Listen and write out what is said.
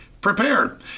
prepared